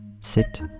sit